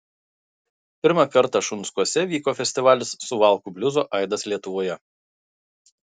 pirmą kartą šunskuose vyko festivalis suvalkų bliuzo aidas lietuvoje